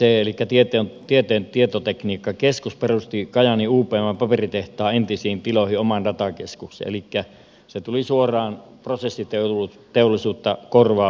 csc elikkä tieteen tietotekniikan keskus perusti kajaanin upmn paperitehtaan entisiin tiloihin oman datakeskuksen elikkä se tuli suoraan prosessiteollisuutta korvaavaksi elementiksi